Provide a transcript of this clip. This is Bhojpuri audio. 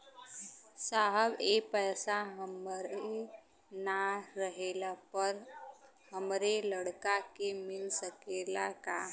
साहब ए पैसा हमरे ना रहले पर हमरे लड़का के मिल सकेला का?